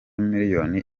miliyoni